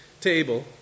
table